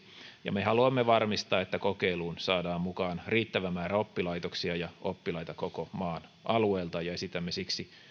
me me haluamme varmistaa että kokeiluun saadaan mukaan riittävä määrä oppilaitoksia ja oppilaita koko maan alueelta ja esitämme siksi